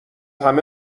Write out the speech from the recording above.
همه